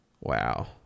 Wow